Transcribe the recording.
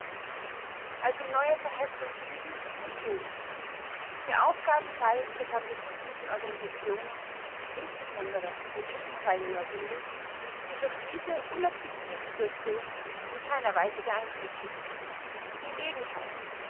also neue verhetzung hüben und drüben der aufgabenkreis der pazifistischen organisationen insbesondere der kriegsteilnehmer-bünde wird durch diese unerquickliche situation in keiner weise beeinträchtigt im gegenteil